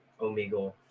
Omegle